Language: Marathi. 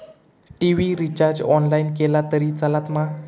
टी.वि रिचार्ज ऑनलाइन केला तरी चलात मा?